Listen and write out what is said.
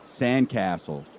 sandcastles